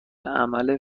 عمل